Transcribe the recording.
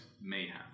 mayhem